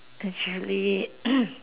actually